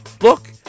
look